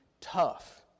tough